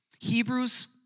Hebrews